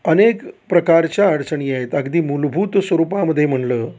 अनेक प्रकारच्या अडचणी आहेत अगदी मूलभूत स्वरूपामध्ये म्हणलं